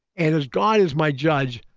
and as god as my judge,